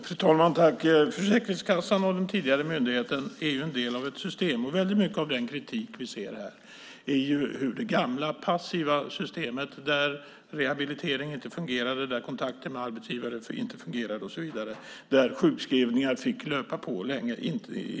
Fru talman! Försäkringskassan och den tidigare myndigheten är en del av ett system. Väldigt mycket av den kritik vi ser här handlar om det gamla passiva systemet där rehabilitering inte fungerade, där kontakter med arbetsgivare inte fungerade och där sjukskrivningar fick löpa på länge.